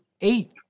eight